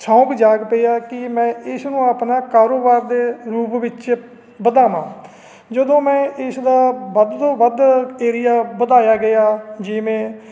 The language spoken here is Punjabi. ਸ਼ੌਂਕ ਜਾਗ ਪਿਆ ਕਿ ਮੈਂ ਇਸ ਨੂੰ ਆਪਣਾ ਕਾਰੋਬਾਰ ਦੇ ਰੂਪ ਵਿੱਚ ਵਧਾਵਾਂ ਜਦੋਂ ਮੈਂ ਇਸ ਦਾ ਵੱਧ ਤੋਂ ਵੱਧ ਏਰੀਆ ਵਧਾਇਆ ਗਿਆ ਜਿਵੇਂ